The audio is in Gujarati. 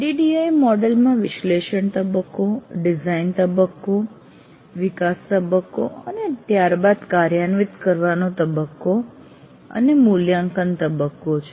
ADDIE મોડેલ માં વિશ્લેષણ તબક્કો ડિઝાઇન તબક્કો વિકાસ તબક્કો અને ત્યારબાદ કાર્યાન્વિત કરવાનો તબક્કો અને મૂલ્યાંકન તબક્કો છે